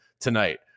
tonight